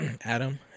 Adam